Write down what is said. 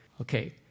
Okay